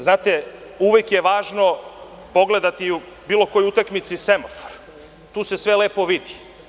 Znate, uvek je važno pogledati u bilo kojoj utakmici semafor, tu se sve lepo vidi.